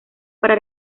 para